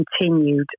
continued